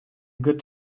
good